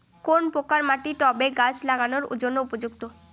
কোন প্রকার মাটি টবে গাছ লাগানোর জন্য উপযুক্ত?